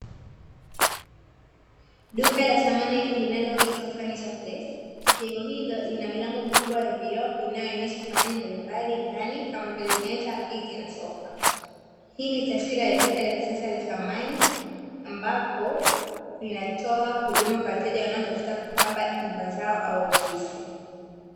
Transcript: Duka la samani linaloitwa "furniture place". Jengo hili lina milango mikubwa ya vioo inayoonesha samani mbalimbali ndani, kama vile; meza, viti na sofa. Hii ni taswira ya duka la kisasa la samani, ambapo linatoa huduma kwa wateja wanaotafuta kupamba nyumba zao au ofisi.